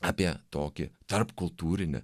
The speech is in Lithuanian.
apie tokį tarpkultūrinį